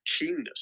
keenness